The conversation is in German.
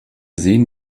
sehen